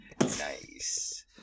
Nice